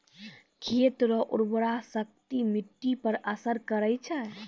खेत रो उर्वराशक्ति मिट्टी पर असर करै छै